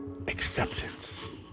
Acceptance